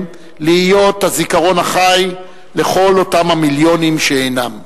להיות הזיכרון החי לכל אותם המיליונים שאינם.